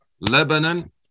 Lebanon